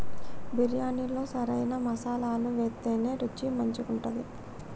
బిర్యాణిలో సరైన మసాలాలు వేత్తేనే రుచి మంచిగుంటది